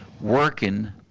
working